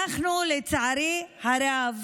אנחנו, לצערי הרב,